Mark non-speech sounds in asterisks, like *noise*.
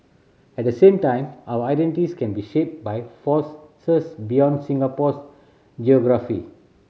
at the same time our identities can be shaped by force *unintelligible* beyond Singapore's geography